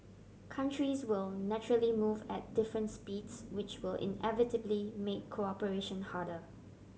countries will naturally move at different speeds which will inevitably make cooperation harder